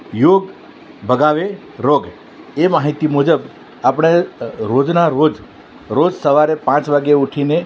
યોગ ભગાવે રોગ એ માહિતી મુજબ આપણે રોજના રોજ રોજ સવારે પાંચ વાગી ઉઠીને